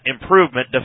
improvement